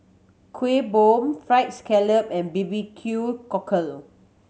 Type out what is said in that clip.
Kuih Bom Fried Scallop and B B Q Cockle